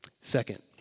Second